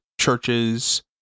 churches